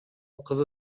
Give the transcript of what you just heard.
кызы